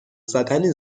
زدن